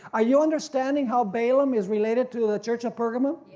are you understanding how balaam is related to the church of pergamum?